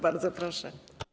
Bardzo proszę.